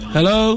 Hello